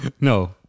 No